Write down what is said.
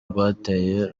rwateye